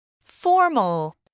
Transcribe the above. Formal